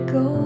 go